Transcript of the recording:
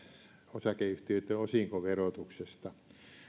osakeyhtiöitten osinkoverotuksesta